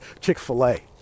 Chick-fil-A